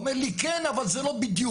הוא אומר לי כן, אבל זה לא בדיוק.